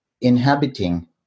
inhabiting